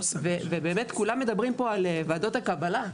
ובאמת כולם מדברים פה על ועדות הקבלה.